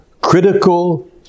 critical